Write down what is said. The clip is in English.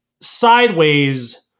Sideways